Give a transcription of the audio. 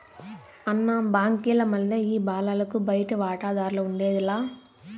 అన్న, బాంకీల మల్లె ఈ బాలలకు బయటి వాటాదార్లఉండేది లా